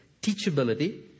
Teachability